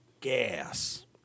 gas